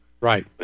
Right